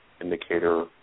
indicator